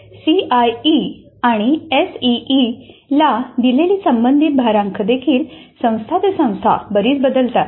CIE आणि एसईईला दिलेली संबंधित भारांक देखील संस्था ते संस्था बरीच बदलतात